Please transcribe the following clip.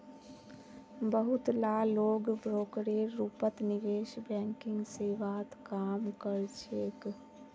बहुत ला लोग ब्रोकरेर रूपत निवेश बैंकिंग सेवात काम कर छेक